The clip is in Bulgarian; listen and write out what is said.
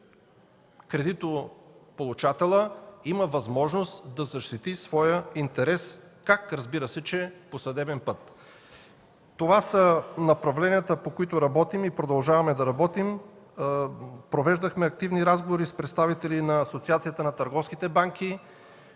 кредитополучателят има възможност да защити своя интерес. Как? Разбира се, по съдебен път. Това са направленията, по които работим и продължаваме да работим. Провеждахме активни разговори с представители на Асоциацията на търговските банки,